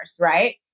right